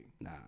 Nah